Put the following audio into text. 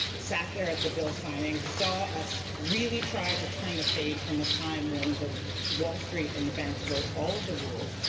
sat there at the bill signing, saw us really try to turn the page, from a time when wall street and the banks wrote all of the rules.